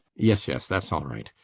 yes, yes, that's all right.